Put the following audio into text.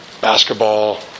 basketball